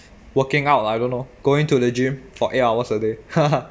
working out lah I don't know going to the gym for eight hours a day